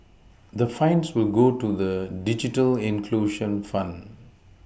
the fines will go to the digital inclusion fund